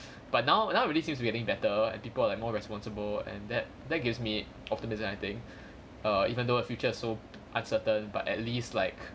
but now now really seems to be getting better people are like more responsible and that that gives me optimism I think err even though a future so uncertain but at least like